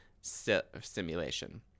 simulation